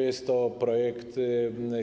Jest to projekt,